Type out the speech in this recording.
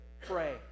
Pray